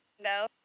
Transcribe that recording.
No